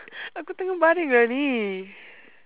aku tengah baring lah ini